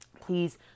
please